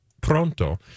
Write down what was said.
pronto